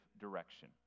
direction